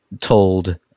told